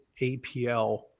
APL